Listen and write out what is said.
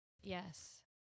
Yes